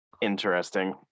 Interesting